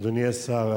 אדוני השר,